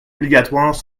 obligatoires